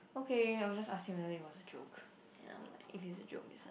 okay I'll just ask him whether if it was a joke and I'm like if it is a joke it's like